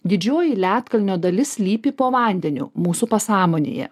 didžioji ledkalnio dalis slypi po vandeniu mūsų pasąmonėje